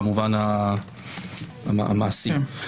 במובן המעשי.